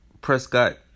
Prescott